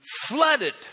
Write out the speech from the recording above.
flooded